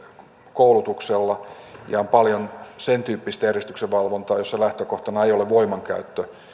koulutuksella esimerkiksi liikenteen valvonnassa ja on paljon sentyyppistä järjestyksenvalvontaa jossa lähtökohtana ei ole voimankäyttö ja